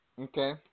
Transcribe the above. Okay